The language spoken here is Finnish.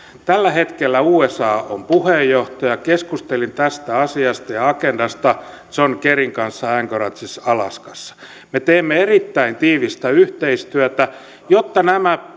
tällä hetkellä usa on puheenjohtaja keskustelin tästä asiasta ja agendasta john kerryn kanssa anchoragessa alaskassa me teimme erittäin tiivistä yhteistyötä jotta nämä